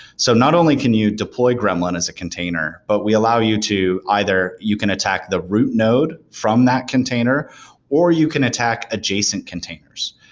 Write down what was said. so not only can you deploy gremlin as a container, but we allow you to either you can attack the root node from that container or you can attack adjacent containers.